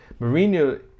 Mourinho